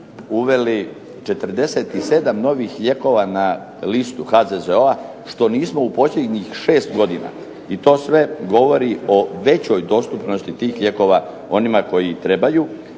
uveli 47 novih lijekova na listu HZZO-a što nismo u posljednjih šest godina i to sve govori o većoj dostupnosti tih lijekova onima koji ih trebaju,